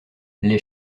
les